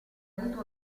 avuto